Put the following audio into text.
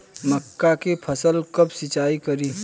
मका के फ़सल कब सिंचाई करी?